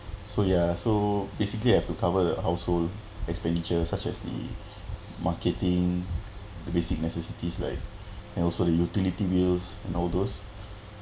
so ya so basically have to cover the household expenditure such as the marketing the basic necessities like and also the utility bills and all those